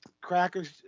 crackers